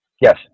Yes